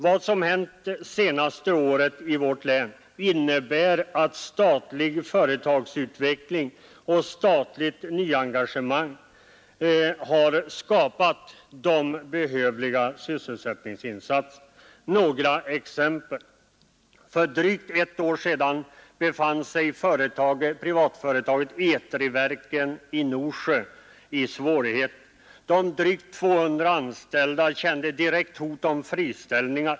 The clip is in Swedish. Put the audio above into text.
Vad som hänt det senaste året i vårt län innebär att statlig företagsutveckling och statligt nyengagemang har skapat betydande sysselsättningstillfällen. Jag skall här ta några exempel. För drygt ett år sedan befann sig privatföretaget ETRI-verken i Norsjö i svårigheter. De drygt 200 anställda kände ett direkt hot för friställningar.